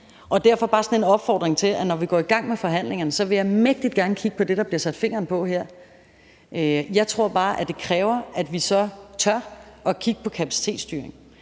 Derfor bare sådan en opfordring. Når vi går i gang med forhandlingerne, vil jeg mægtig gerne kigge på det, fingeren bliver sat på her. Jeg tror bare, at det kræver, at vi så tør kigge på kapacitetsstyring,